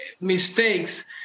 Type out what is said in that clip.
mistakes